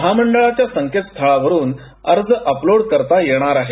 महामंडळाच्या संकेतस्थळारून अर्ज अपलोड करता येणार आहे